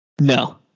No